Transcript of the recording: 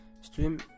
stream